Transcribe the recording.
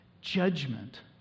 judgment